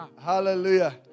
Hallelujah